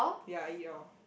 ya I eat all